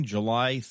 July